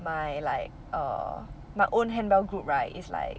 my like err my own handbell group right is like